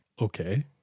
okay